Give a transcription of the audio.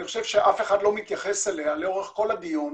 חושב שאף אחד לא מתייחס אליה לאורך כל הדיון,